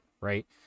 right